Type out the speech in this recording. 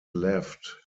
left